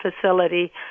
facility